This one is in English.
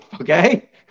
okay